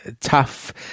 tough